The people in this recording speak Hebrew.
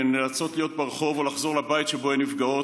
והן נאלצות להיות ברחוב או לחזור לבית שבו הן נפגעות,